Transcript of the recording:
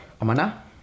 Amana